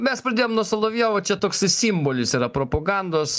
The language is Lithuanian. mes pradėjom nuo solovjovo čia toks simbolis yra propagandos